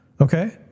Okay